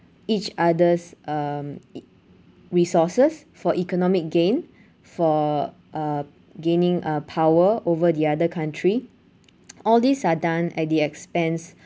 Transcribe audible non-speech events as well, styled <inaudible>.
each other's um e~ resources for economic gain for uh gaining a power over the other country <noise> all these are done at the expense